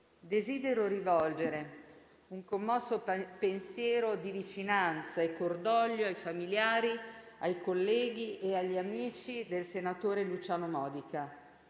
desidero rivolgere un commosso pensiero di vicinanza e cordoglio ai familiari, ai colleghi e agli amici del senatore Luciano Modica.